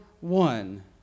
one